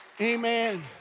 Amen